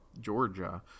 Georgia